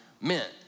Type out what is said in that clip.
meant